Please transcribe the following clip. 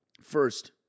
First